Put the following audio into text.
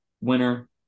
winner